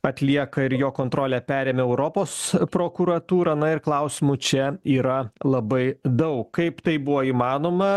atlieka ir jo kontrolę perėmė europos prokuratūra na ir klausimų čia yra labai daug kaip tai buvo įmanoma